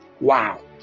Wow